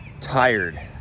tired